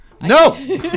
No